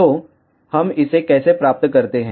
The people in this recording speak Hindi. तो हम इसे कैसे प्राप्त करते हैं